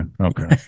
Okay